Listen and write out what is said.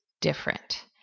different